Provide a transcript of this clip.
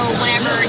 whenever